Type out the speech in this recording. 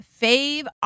fave